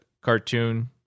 cartoon